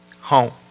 home